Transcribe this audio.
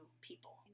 people